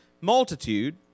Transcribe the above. multitude